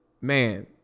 man